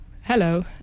Hello